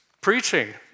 Preaching